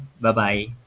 bye-bye